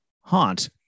haunt